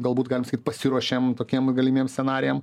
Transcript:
galbūt galim sakyt pasiruošėm tokiem galimiem scenarijam